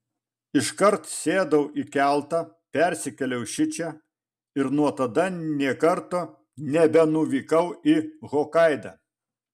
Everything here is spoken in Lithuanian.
iškart sėdau į keltą persikėliau šičia ir nuo tada nė karto nebenuvykau į hokaidą